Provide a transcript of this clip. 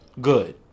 good